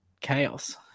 chaos